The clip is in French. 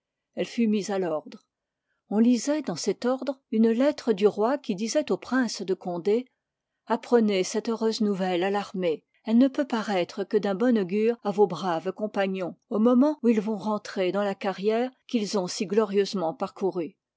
elle fut mise à l'ordre on lisoit dans cet ordre une lettre du roi qui disoit au prince de condé apprenez cette heureuse nouvelle à l'armée elle ne peut paroître que d'un bon augure à vos braves compagnons au moment où ils vont rentrer i dans la carrière qu'ils ont si glorieusement parcourue